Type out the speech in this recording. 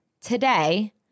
today